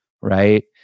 right